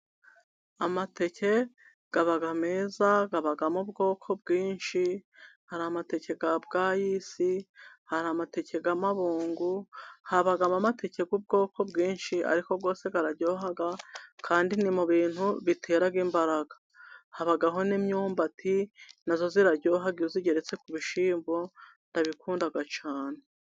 Amateke aba meza, abamo ubwoko bwinshi. Hari amateke ya Bwayisi, hari amateke ya Mabungu, haba amateke y'ubwoko bwinshi, ariko yose araryoha, kandi ni mu bintu bitera imbaraga. Habaho n'imyumbati, nayo iraryoha, iyo igeretse ku bishyimbo. Ndabikunda cyane.